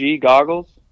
Goggles